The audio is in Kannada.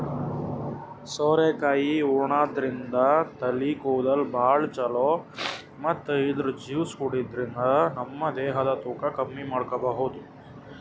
ಸೋರೆಕಾಯಿ ಉಣಾದ್ರಿನ್ದ ತಲಿ ಕೂದಲ್ಗ್ ಭಾಳ್ ಛಲೋ ಮತ್ತ್ ಇದ್ರ್ ಜ್ಯೂಸ್ ಕುಡ್ಯಾದ್ರಿನ್ದ ನಮ ದೇಹದ್ ತೂಕ ಕಮ್ಮಿ ಮಾಡ್ಕೊಬಹುದ್